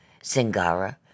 Singara